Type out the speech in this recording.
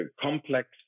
complex